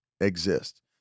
exist